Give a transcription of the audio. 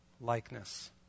likeness